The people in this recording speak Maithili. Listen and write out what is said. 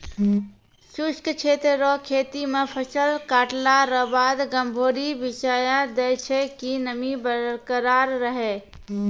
शुष्क क्षेत्र रो खेती मे फसल काटला रो बाद गभोरी बिसाय दैय छै कि नमी बरकरार रहै